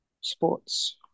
sports